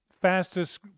fastest